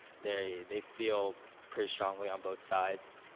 they they feel pretty strongly on both sides.